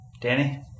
Danny